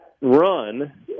run